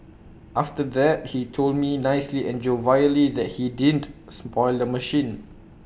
after that he told me nicely and jovially that he didn't spoil the machine